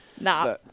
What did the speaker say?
Nah